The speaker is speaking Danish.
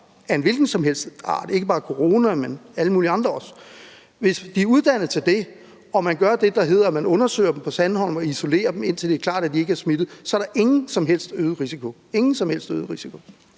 af en hvilken som helst art, ikke bare fra corona, men også alle mulige andre ting, og at man i Center Sandholm undersøger dem og isolerer dem, indtil det er klart, at de ikke er smittet, så er der ingen som helst øget risiko – ingen som helst øget risiko.